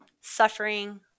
suffering